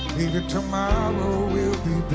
tomorrow will